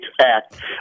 Act